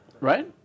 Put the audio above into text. Right